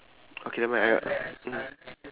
okay nevermind I'll mmhmm